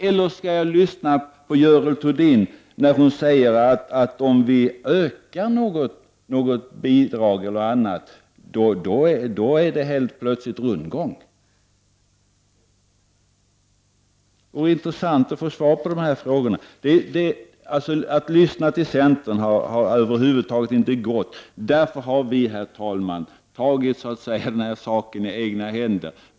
Eller skall jag lyssna på Görel Thurdin när hon säger att en ökning av bidragen blir rena rundgången? Det skulle vara intressant att få svar på dessa frågor. Att lyssna till centern har över huvud taget inte varit möjligt. Därför har vi, herr talman, tagit denna sak i egna händer.